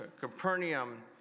Capernaum